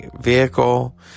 vehicle